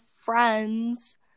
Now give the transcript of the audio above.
friends